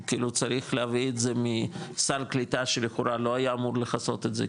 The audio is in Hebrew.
הוא כאילו צריך להביא את זה מסל קליטה שלכאורה לא היה אמור לכסות את זה,